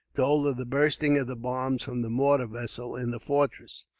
told of the bursting of the bombs from the mortar vessels, in the fortress.